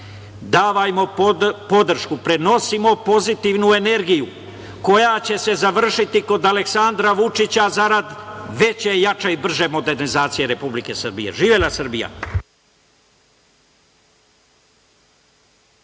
davajmo podršku, prenosimo pozitivno energiju, koja će se završiti kod Aleksandra Vučića zarad veće i jače modernizacije Republike Srbije. Živela Srbije!